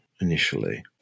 initially